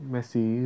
Messi